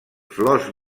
flors